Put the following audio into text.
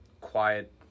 quiet